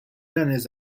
runners